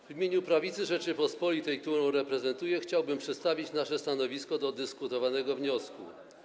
W imieniu Prawicy Rzeczypospolitej, którą reprezentuję, chciałbym przedstawić nasze stanowisko wobec dyskutowanego wniosku.